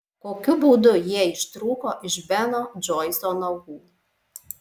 kokiu būdu jie ištrūko iš beno džoiso nagų